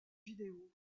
vidéos